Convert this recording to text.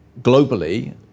globally